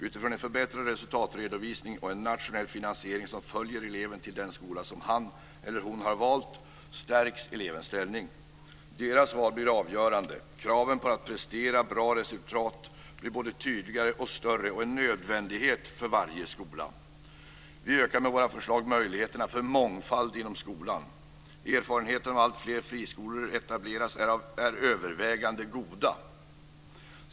Utifrån en förbättrad resultatredovisning och en nationell finansiering som följer eleven till den skola som han eller hon har valt stärks elevernas ställning. Deras val blir avgörande. Kraven på att prestera bra resultat blir både tydligare och större och en nödvändighet för varje skola. Vi ökar med våra förslag möjligheterna till mångfald inom skolan. Erfarenheterna av att alltfler friskolor etableras är övervägande goda.